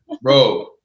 bro